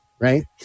right